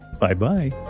Bye-bye